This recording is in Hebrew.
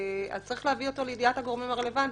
צריך להביא אותם לידיעת הגורמים הרלוונטיים.